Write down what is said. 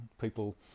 people